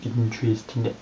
interesting